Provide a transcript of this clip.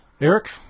Eric